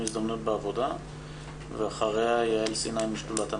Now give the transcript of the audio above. הזדמנות בעבודה ואחריה יעל סיני משדולת הנשים.